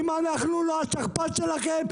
אם אנחנו לא השכפ"ץ שלכם,